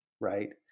right